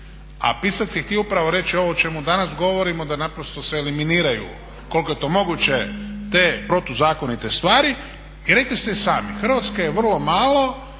A pisac je htio upravo reći ovo o čemu danas govorimo, da naprosto se eliminiraju koliko je to moguće te protuzakonite stvari. I rekli ste i sami Hrvatska je vrlo malo,